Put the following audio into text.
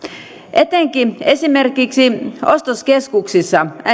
etenkin esimerkiksi ostoskeskuksissa